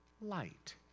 light